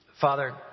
Father